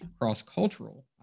cross-cultural